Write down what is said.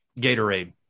Gatorade